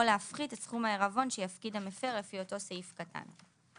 להפחית את סכום העירבון שיפקיד המפר לפי אותו סעיף קטן.